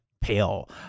pale